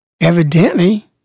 Evidently